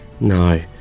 No